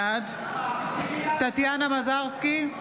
בעד טטיאנה מזרסקי,